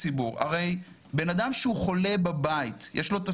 תיקון לגבי צו בידוד והארכה שלו.